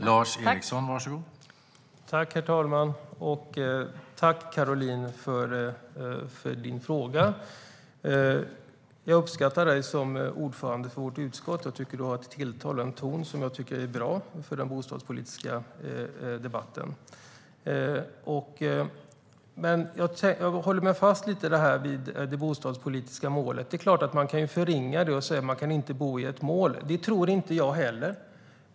Herr talman! Tack, Caroline, för din fråga! Jag uppskattar dig som ordförande för vårt utskott. Du har ett tilltal och en ton som jag tycker är bra för den bostadspolitiska debatten. Men jag håller mig kvar lite vid det bostadspolitiska målet. Det är klart att man kan förringa det och säga: Man kan inte bo i ett mål. Det tror inte jag heller.